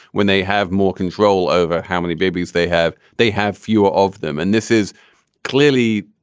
when they have more control over how many babies they have, they have fewer of them. and this is clearly,